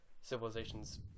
civilizations